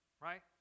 right